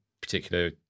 particular